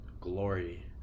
Glory